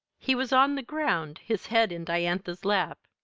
he was on the ground, his head in diantha's lap.